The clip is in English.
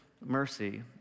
mercy